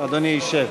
אדוני ישב.